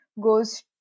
goes